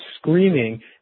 screaming